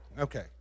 okay